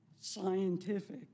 scientific